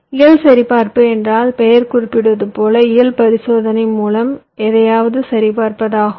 இயல் சரிபார்ப்பு என்றால் பெயர் குறிப்பிடுவது போல இயல் பரிசோதனை மூலம் எதையாவது சரி பார்ப்பது ஆகும்